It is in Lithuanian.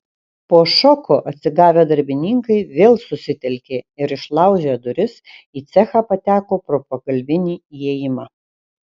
po šoko atsigavę darbininkai vėl susitelkė ir išlaužę duris į cechą pateko pro pagalbinį įėjimą